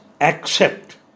accept